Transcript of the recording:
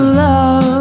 love